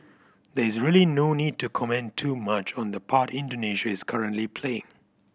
there is really no need to comment too much on the part Indonesia is currently playing